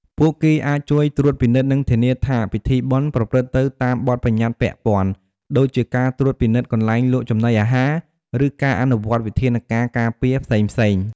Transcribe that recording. ពួកគេអាចជួយត្រួតពិនិត្យ និងធានាថាពិធីបុណ្យប្រព្រឹត្តទៅតាមបទប្បញ្ញត្តិពាក់ព័ន្ធ ដូចជាការត្រួតពិនិត្យកន្លែងលក់ចំណីអាហារ ឬការអនុវត្តវិធានការការពារផ្សេងៗ។